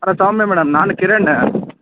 hello Soumya madam ನಾನು ಕಿರಣ